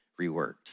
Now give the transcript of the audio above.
reworked